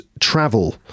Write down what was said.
travel